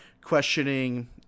questioning